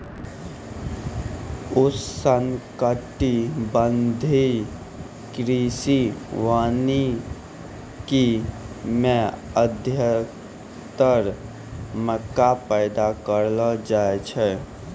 उष्णकटिबंधीय कृषि वानिकी मे अधिक्तर मक्का पैदा करलो जाय छै